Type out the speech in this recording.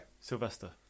Sylvester